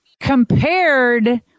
compared